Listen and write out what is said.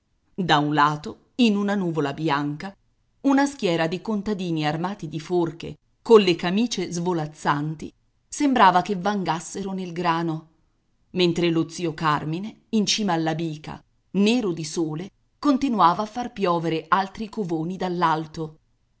da un lato in una nuvola bianca una schiera di contadini armati di forche colle camice svolazzanti sembrava che vangassero nel grano mentre lo zio carmine in cima alla bica nero di sole continuava a far piovere altri covoni